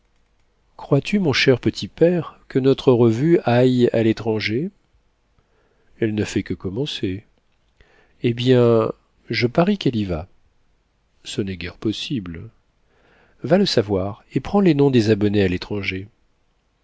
crois-tu mon cher petit père que notre revue aille à l'étranger elle ne fait que commencer eh bien je parie qu'elle y va ce n'est guère possible va le savoir et prends les noms des abonnés à l'étranger